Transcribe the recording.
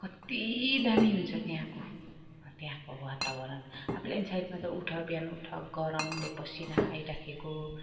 कत्ति दामी हुन्छ त्यहाँको त्यहाँको वातावरण अब प्लेन साइडमा त उठ बिहान उठ गरमले पसिना आइरहेको